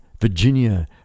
Virginia